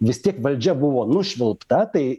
vis tiek valdžia buvo nušvilpta tai